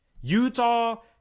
utah